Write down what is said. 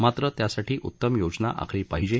मात्र त्यासाठी उत्तम योजना आखली पाहिजे